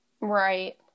right